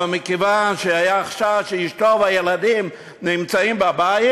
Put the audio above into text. אבל מכיוון שהיה חשש שאשתו והילדים נמצאים בבית,